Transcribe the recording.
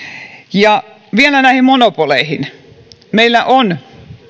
ja vielä näihin monopoleihin meillä on